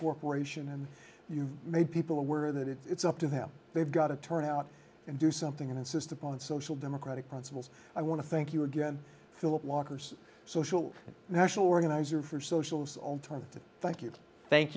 corporation and you've made people aware that it's up to them they've got to turn out and do something and insist upon social democratic principles i want to thank you again philip walker's social national organizer for socials alternative thank you thank